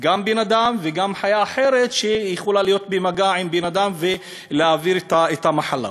גם בן-אדם וגם חיה אחרת שיכולה להיות במגע עם בן-אדם ולהעביר את המחלה,